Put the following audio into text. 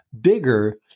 bigger